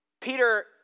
Peter